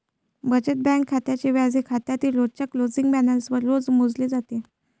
बचत बँक खात्याचे व्याज हे खात्यातील रोजच्या क्लोजिंग बॅलन्सवर रोज मोजले जाते